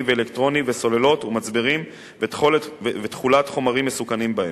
ואלקטרוני וסוללות ומצברים ותכולת חומרים מסוכנים בהם,